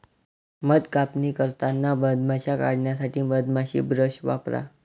मध कापणी करताना मधमाश्या काढण्यासाठी मधमाशी ब्रश वापरा